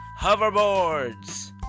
hoverboards